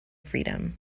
freedom